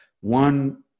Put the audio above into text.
one